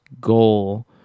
goal